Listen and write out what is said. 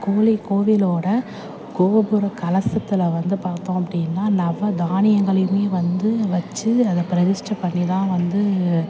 கோலி கோவிலோட கோபுர கலசத்தில் வந்து பார்த்தோம் அப்படின்னா நவதானியங்களையுமே வந்து வச்சு அதை பிரதிஷ்ட பண்ணிதான் வந்து